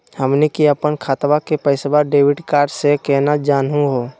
हमनी के अपन खतवा के पैसवा डेबिट कार्ड से केना जानहु हो?